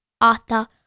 Arthur